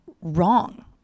wrong